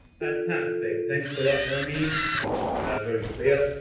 fantastic. thanks a lot, ramine. that was very clear.